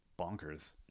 bonkers